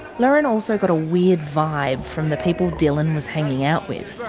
lauren also got a weird vibe from the people dylan was hanging out with.